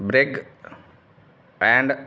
ਬਰਿਗ and